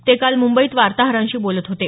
ते काल मुंबईत वार्ताहरांशी बोलत होते